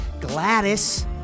Gladys